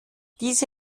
diese